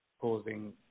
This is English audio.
causing